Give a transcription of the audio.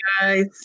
guys